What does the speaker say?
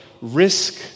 risk